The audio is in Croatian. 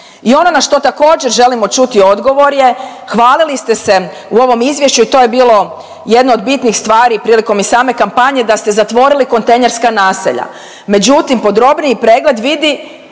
I ono na što također želimo čuti odgovor je, hvalili ste se u ovom izvješću i to je bilo jedno od bitnih stvari prilikom i same kampanje da ste zatvorili kontejnerska naselja. Međutim, podrobniji pregled vidi